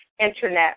Internet